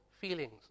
feelings